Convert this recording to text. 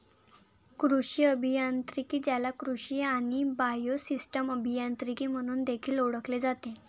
कृषी अभियांत्रिकी, ज्याला कृषी आणि बायोसिस्टम अभियांत्रिकी म्हणून देखील ओळखले जाते